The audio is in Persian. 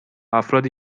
افرادی